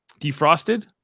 Defrosted